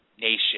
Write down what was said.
nation